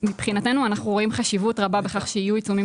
מבחינתנו אנחנו רואים חשיבות רבה בכך שיהיו עיצומים